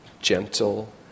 gentle